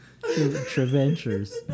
Treventures